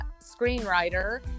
screenwriter